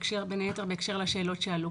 בין היתר בהקשר לשאלות שעלו.